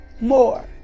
more